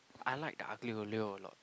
I like the aglio-olio a lot